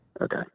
Okay